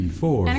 four